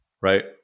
Right